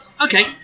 Okay